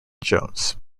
jones